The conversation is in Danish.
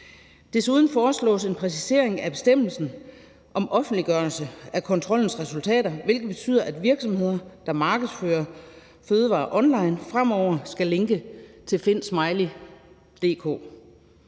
Desuden foreslås en præcisering af bestemmelsen om offentliggørelse af kontrollens resultater, hvilket betyder, at virksomheder, der markedsfører fødevarer online, fremover skal linke til findsmiley.dk.